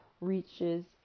reaches